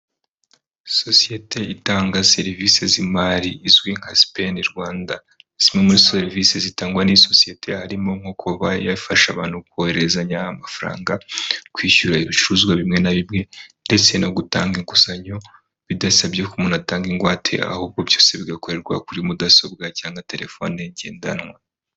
Sosiyete itanga serivisi z'imari izwi nka Sipeni Rwanda, zimwe muri serivisi zitangwa n'iyi sosiyete harimo nko kuba yafasha abantu kohererezanya amafaranga, kwishyura ibicuruzwa bimwe na bimwe ndetse no gutanga inguzanyo bidasabye ko umuntu atanga ingwate, ahubwo byose bigakorerwa kuri mudasobwa cyangwa telefoni ngendanwa.